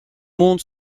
monde